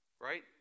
Right